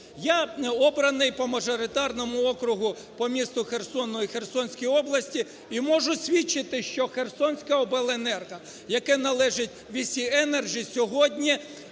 Я обраний по мажоритарному округу по місту Херсону і Херсонської області і можу свідчити, що Херсонська обленерго, яка належить "VS Еnergy", сьогодні